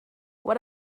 what